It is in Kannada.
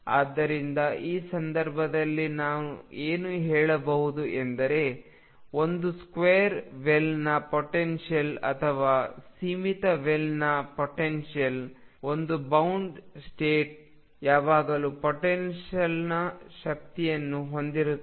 ಆದ್ದರಿಂದ ಈ ಸಂದರ್ಭದಲ್ಲಿ ನಾವು ಏನು ಹೇಳಬಹುದು ಎಂದರೆ ಒಂದು ಸ್ಕ್ವೇರ್ ವೆಲ್ನ ಪೊಟೆನ್ಶಿಯಲ್ ಅಥವಾ ಸೀಮಿತ ವೆಲ್ನ ಪೊಟೆನ್ಶಿಯಲ್ ಒಂದು ಬೌಂಡ್ ಸ್ಟೇಟ್ ಯಾವಾಗಲೂ ಪೊಟೆನ್ಶಿಯಲ್ನ ಶಕ್ತಿಯನ್ನು ಹೊಂದಿರುತ್ತದೆ